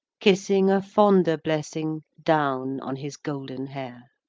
kissing a fonder blessing down on his golden hair.